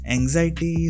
Anxiety